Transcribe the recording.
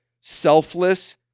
selfless